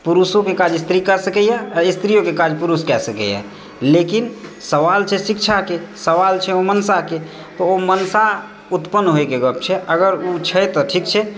पुरुषोके काज स्त्री कए सकैए आ स्त्रीओ के काज पुरुष कए सकैए लेकिन सवाल छै शिक्षाके सवाल छै ओ मनसाकेँ तऽ ओ मनसा उतपन्न होयके गप छै अगर ओ छै तऽ ठीक छै